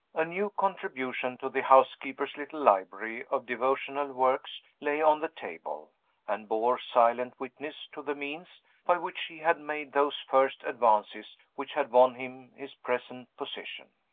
a new contribution to the housekeeper's little library of devotional works lay on the table and bore silent witness to the means by which he had made those first advances which had won him his present position.